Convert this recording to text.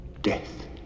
Death